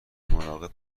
مراقب